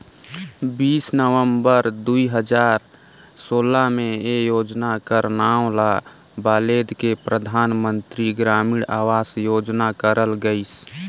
बीस नवंबर दुई हजार सोला में ए योजना कर नांव ल बलेद के परधानमंतरी ग्रामीण अवास योजना करल गइस